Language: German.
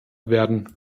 werden